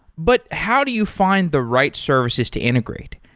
but how do you find the right services to integrate?